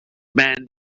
man